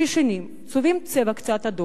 שישנים, צובעים בצבע קצת, אדום,